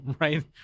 right